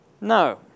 No